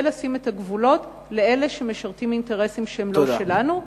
ולשים את הגבולות לאלה שמשרתים אינטרסים שהם לא שלנו.